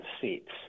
seats